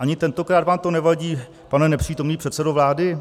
Ani tentokrát vám to nevadí, pane nepřítomný předsedo vlády?